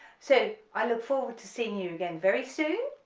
so i look forward to seeing you again very soon,